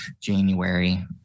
January